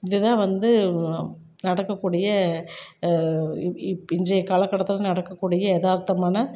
இது தான் வந்து வ நடக்கக்கூடிய இன்றைய காலகட்டத்தில நடக்கக்கூடிய எதார்த்தமான